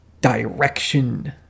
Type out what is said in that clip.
direction